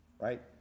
right